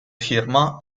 firma